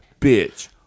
Bitch